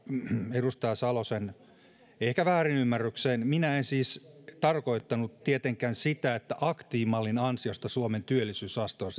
edustaja salosen ehkä väärinymmärrykseen minä en siis tarkoittanut tietenkään sitä että aktiivimallin ansiosta suomen työllisyysaste on